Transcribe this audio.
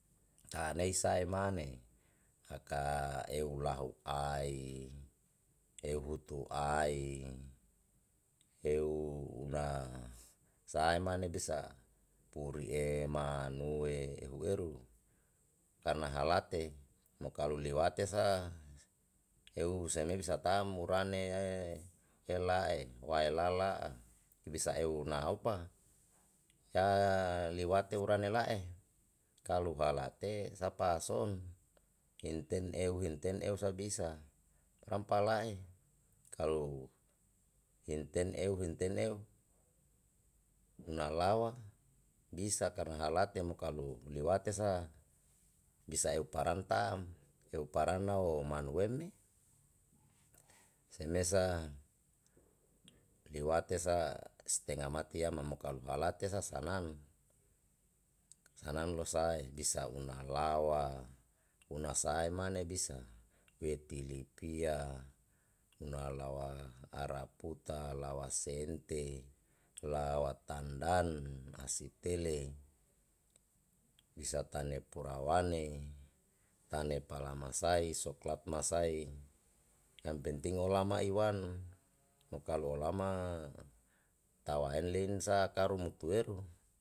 Ta'a nei sa mane aka eu lahu ai eu hutu ai eu na sae mane bisa purie manue hu eru karna halate mu kalu liwate sa eu seme bisa taa'm murane ela wae lala kibisa eu naupa ya liwate urane la'e kalu halate sapa ason inten eu himten eu sa bisa brang pala'e kalu inten eu himten eu nalawa bisa karna halate mo kalu liwate sa bisa eu paran taa'm eu paran nau manu elu ni semesa liwate sa stenga mati yama mo kalo halate sa sanang sanang lo sae bisa una lawa una sae mane bisa weti lipia una lawa ara puta lawa sente lawa tandan hasi tele bisa tane pura wane tane pala masaei soklat masaei yang penting olama iwan mo kalo lama tawa en lein sa karu mutueru.